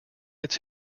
its